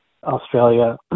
Australia